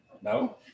No